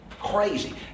Crazy